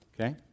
okay